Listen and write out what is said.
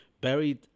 buried